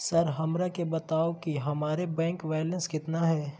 Sir हमरा के बताओ कि हमारे बैंक बैलेंस कितना है?